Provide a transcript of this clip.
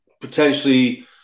potentially